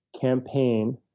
campaign